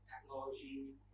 technology